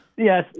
Yes